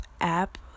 app